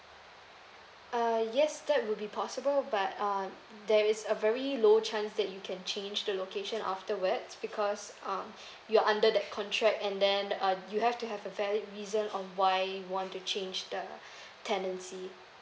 uh yes that will be possible but uh there is a very low chance that you can change the location afterwards because um you're under that contract and then uh you have to have a valid reason on why you want to change the tendency